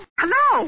hello